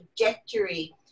trajectory